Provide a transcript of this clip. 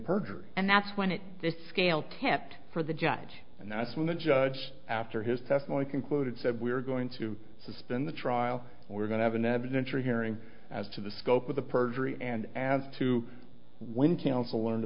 perjury and that's when it the scale tipped for the judge and that's when the judge after his testimony concluded said we're going to suspend the trial we're going to have an adventure hearing as to the scope of the perjury and as to when counsel learned